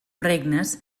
regnes